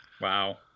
wow